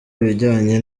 ibijyanye